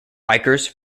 bikers